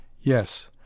Yes